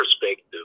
perspective